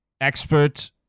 expert